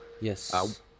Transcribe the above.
Yes